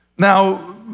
Now